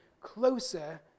closer